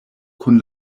kun